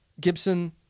Gibson